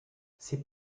ses